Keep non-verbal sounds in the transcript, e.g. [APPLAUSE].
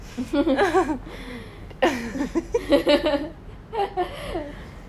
[LAUGHS]